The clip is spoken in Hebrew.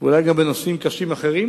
ואולי גם בנושאים קשים אחרים,